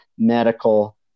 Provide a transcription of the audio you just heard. medical